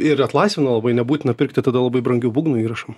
ir atlaisvina labai nebūtina pirkti tada labai brangių būgnų įrašam